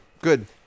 Good